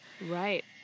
Right